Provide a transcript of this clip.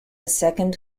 second